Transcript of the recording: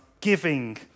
giving